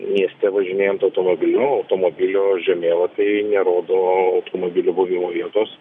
mieste važinėjant automobiliu automobilio žemėlapiai nerodo automobilio buvimo vietos